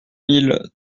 mille